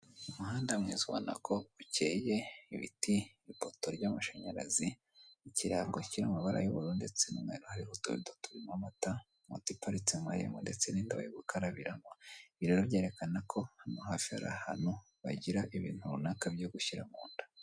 Umuhanda mwiza ubona ko ukeye, ibiti, ipoto ry'amashanyarazi, ikirango kiri mu mabara y'ubururu ndetse n'umweru hariho utubido turimo amata, moto iparitse mu marembo ndetse n'indobo yo gukarabiramo. Ibi rero, byerekana ko hano hafi hari ahantu bagira ibintu runaka byo gushyira mu nda.